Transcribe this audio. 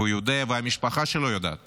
הוא יודע והמשפחה שלו יודעת